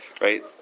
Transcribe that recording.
right